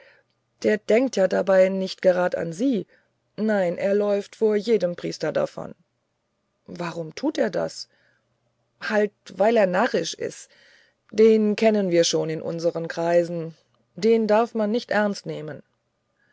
der denkt ja dabei nicht gerad an sie nein der läuft vor jedem priester davon warum tut er das halt weil er narrisch is den kennen wir schon in unseren kreisen den darf man nicht ernst nehmen